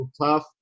tough